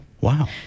Wow